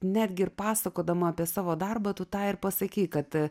netgi ir pasakodama apie savo darbą tu tą ir pasakei kad